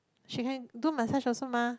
she can do massage also mah